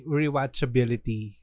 rewatchability